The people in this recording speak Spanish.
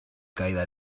caída